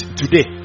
today